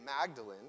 Magdalene